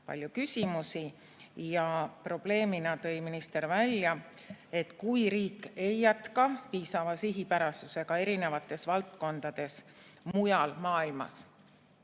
palju küsimusi. Probleemina tõi minister välja, et kui riik ei jätka piisava sihipärasusega eri valdkondades mujal maailmas